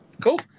cool